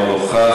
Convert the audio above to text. אינו נוכח,